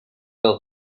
del